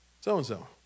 So-and-so